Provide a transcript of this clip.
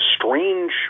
strange